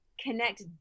connect